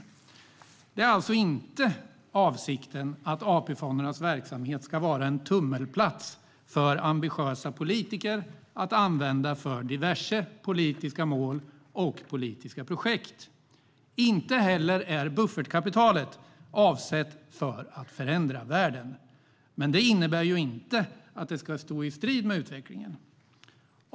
Avsikten är alltså inte att AP-fondernas verksamhet ska vara en tummelplats för ambitiösa politiker att använda för diverse politiska mål och projekt. Inte heller är buffertkapitalet avsett för att förändra världen. Det innebär dock inte att det ska stå i strid med utvecklingen.